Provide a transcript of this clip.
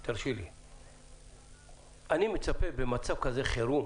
אני מצפה במצב חירום,